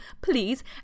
please